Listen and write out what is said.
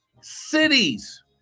cities